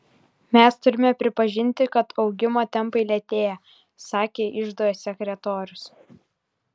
mes turime pripažinti kad augimo tempai lėtėja sakė iždo sekretorius